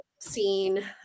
scene